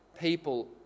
People